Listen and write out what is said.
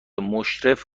مشرف